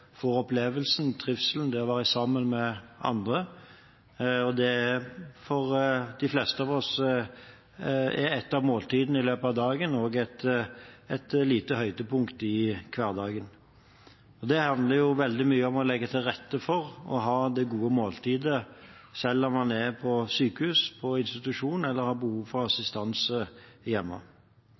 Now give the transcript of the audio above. får opplevelsen, trivselen og får være sammen med andre. For de fleste av oss er et av måltidene i løpet av dagen et lite høydepunkt i hverdagen. Det handler veldig mye om å legge til rette for å ha det gode måltidet selv om man er på sykehus, institusjon eller har behov for